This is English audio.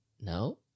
No